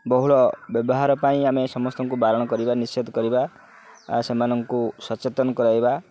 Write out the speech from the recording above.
ବହୁଳ ବ୍ୟବହାର ପାଇଁ ଆମେ ସମସ୍ତଙ୍କୁ ବାରଣ କରିବା ନିଷେଦ କରିବା ସେମାନଙ୍କୁ ସଚେତନ କରାଇବା